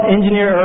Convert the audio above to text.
Engineer